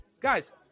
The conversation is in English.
guys